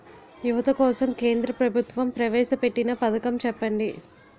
యువత కోసం కేంద్ర ప్రభుత్వం ప్రవేశ పెట్టిన పథకం చెప్పండి?